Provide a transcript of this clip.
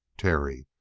terry,